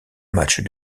matchs